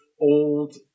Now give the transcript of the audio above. old